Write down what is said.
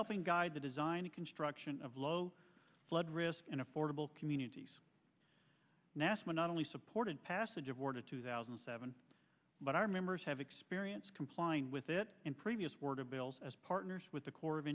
helping guide the design and construction of low flood risk and affordable communities national not only supported passage of order two thousand and seven but our members have experience complying with it and previous word of bills as partners with the corps of